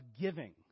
giving